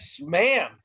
ma'am